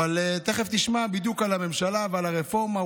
אבל תכף תשמע בדיוק על הממשלה ועל הרפורמה,